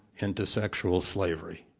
into sexual slavery.